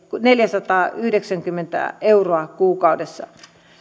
neljäsataayhdeksänkymmentä euroa kuukaudessa